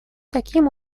таким